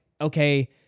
okay